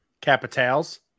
Capitals